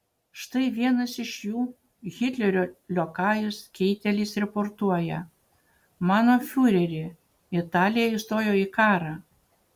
štai vienas iš jų hitlerio liokajus keitelis raportuoja mano fiureri italija įstojo į karą